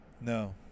No